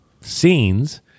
scenes